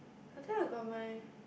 I think I got my